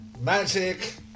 Magic